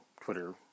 Twitter